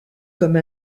comme